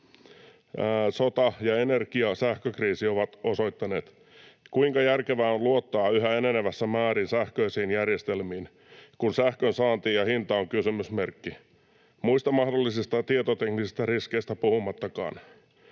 sota ja energia- ja sähkökriisi ovat osoittaneet, kuinka järkevää on luottaa yhä enenevässä määrin sähköisiin järjestelmiin, kun sähkön saanti ja hinta ovat kysymysmerkki — muista mahdollisista tietoteknisistä riskeistä puhumattakaan.